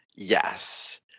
Yes